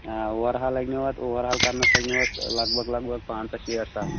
آ اَور حال لگنو اَتھ اَور حال کرنَس لگنو اَتھ لگ بگ لگ بگ پنٛژاہ شیٹھ ساس